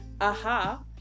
aha